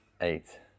eight